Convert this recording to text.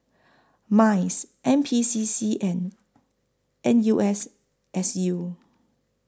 Mice N P C C and N U S S U